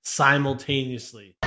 simultaneously